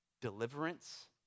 deliverance